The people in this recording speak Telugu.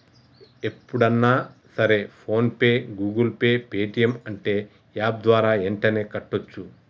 ఎప్పుడన్నా సరే PhonePe Google Pay Paytm అంటే యాప్ ద్వారా యెంటనే కట్టోచ్చు